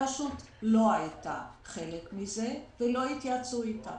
הרשות לא היתה חלק מזה כי לא התייעצו איתה.